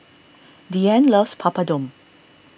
Diann loves Papadum